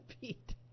Pete